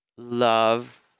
love